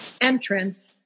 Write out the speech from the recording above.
entrance